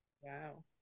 Wow